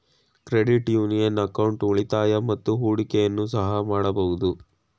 credit union account ಉಳಿತಾಯ ಮತ್ತು ಹೂಡಿಕೆಯನ್ನು ಸಹ ಮಾಡಬಹುದು